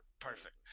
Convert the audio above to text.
Perfect